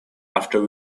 after